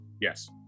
yes